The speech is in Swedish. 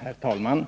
Herr talman!